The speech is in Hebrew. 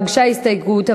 הוגשה הסתייגות,